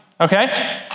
Okay